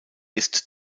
ist